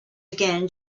again